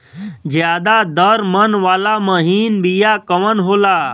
ज्यादा दर मन वाला महीन बिया कवन होला?